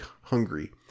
hungry